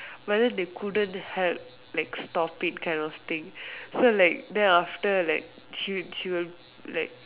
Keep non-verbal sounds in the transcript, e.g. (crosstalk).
but then they couldn't help like stop it kind of thing so like then after like she she will like (noise)